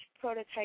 prototype